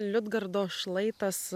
liudgardos šlaitas